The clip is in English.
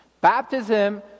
Baptism